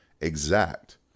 exact